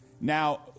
Now